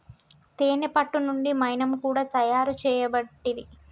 తేనే పట్టు నుండి మైనం కూడా తయారు చేయబట్టిరి